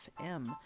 fm